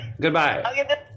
Goodbye